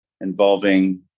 involving